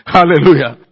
Hallelujah